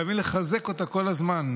חייבים לחזק אותה כל הזמן.